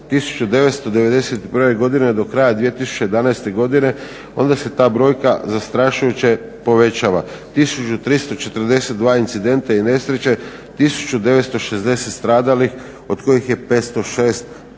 od 1991. godine do kraja 2011. godine onda se ta brojka zastrašujuće povećava. 1342 incidenta i nesreće, 1960 stradalih od kojih je 506 osoba